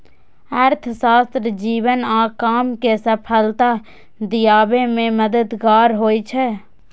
अर्थशास्त्र जीवन आ काम कें सफलता दियाबे मे मददगार होइ छै